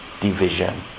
division